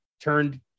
turned